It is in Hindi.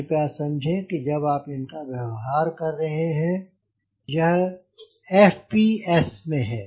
कृपया समझें कि जब आप इनका व्यवहार कर रहे हैं यह FPS में हैं